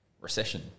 recession